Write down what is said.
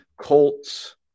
Colts